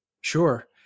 Sure